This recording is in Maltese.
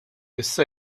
issa